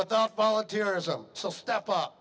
without volunteers a step up